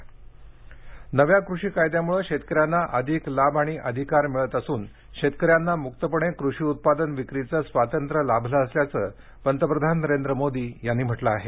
पंतप्रधान नव्या कृषी कायद्यामुळं शेतकऱ्यांना अधिक लाभ आणि अधिकार मिळत असून शेतकऱ्यांना मुक्तपणे कृषी उत्पादन विक्रीचं स्वातंत्र्य लाभलं असल्याचं पंतप्रधान नरेंद्र मोदी यांनी म्हटलं आहे